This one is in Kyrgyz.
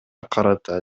карата